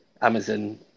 Amazon